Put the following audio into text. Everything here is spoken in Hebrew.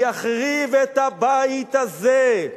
יחריב את הבית הזה.